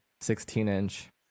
16-inch